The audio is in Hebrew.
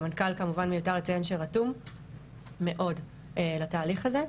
המנכ"ל, כמובן מיותר לציין שרתום מאוד לתהליך הזה.